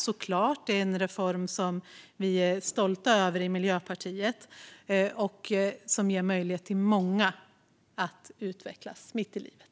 Det är en reform som vi i Miljöpartiet är stolta över och som ger möjlighet för många att utvecklas mitt i livet.